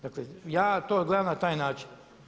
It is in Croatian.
Dakle ja to gledam na taj način.